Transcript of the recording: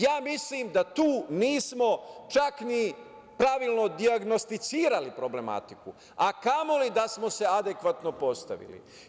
Ja mislim da tu nismo čak ni pravilno dijagnostikovali problematiku, a kamoli da smo se adekvatno postavili.